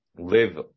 live